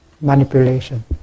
manipulation